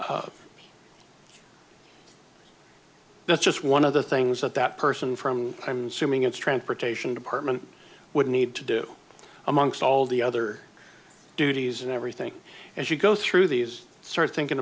form that's just one of the things that that person from i'm suing it's transportation department would need to do amongst all the other duties and everything as you go through these start thinking